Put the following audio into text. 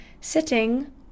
sitting